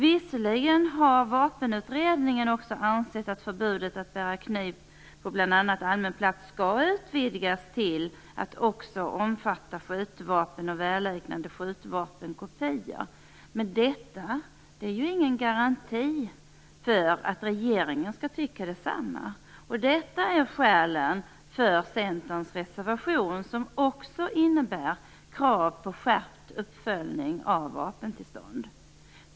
Visserligen har Vapenutredningen också ansett att förbudet att bära kniv på bl.a. allmän plats skall utvidgas till att också omfatta skjutvapen och välliknande skjutvapenkopior, men detta är ingen garanti för att regeringen skall tycka detsamma. Detta är skälen för Centerns reservation, som också innehåller krav på skärpt uppföljning av vapentillstånd.